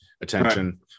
attention